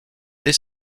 dès